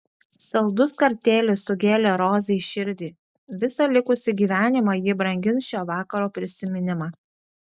saldus kartėlis sugėlė rozai širdį visą likusį gyvenimą ji brangins šio vakaro prisiminimą